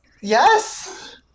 Yes